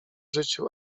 życiu